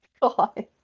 God